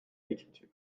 l’écriture